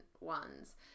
ones